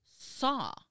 saw